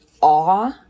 awe